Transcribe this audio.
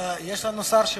יש לנו שר שעונה?